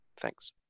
thanks